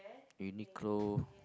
Uniqlo